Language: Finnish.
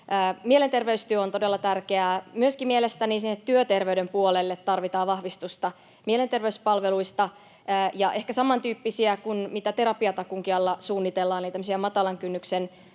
Mielenterveystyö on todella tärkeää. Myöskin mielestäni sinne työterveyden puolelle tarvitaan vahvistusta mielenterveyspalveluista ja ehkä samantyyppisiä kuin terapiatakuunkin alla suunnitellaan eli tämmöisiä matalan kynnyksen